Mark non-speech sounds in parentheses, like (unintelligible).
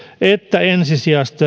että ensisijaista (unintelligible)